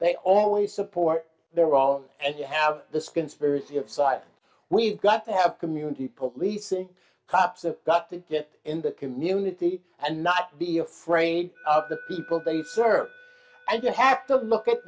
they only support their own and you have the skin spirity of side we've got to have community policing cops a got to get in the community and not be afraid of the people they serve and you have to look at